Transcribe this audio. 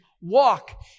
walk